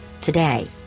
Today